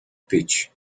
pitch